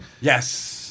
Yes